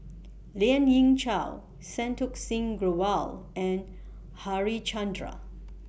Lien Ying Chow Santokh Singh Grewal and Harichandra